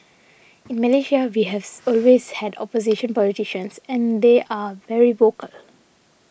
in Malaysia we has always had opposition politicians and they are very vocal